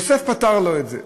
יוסף פתר לו את זה,